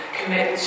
commit